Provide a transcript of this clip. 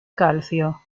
calcio